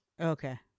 Okay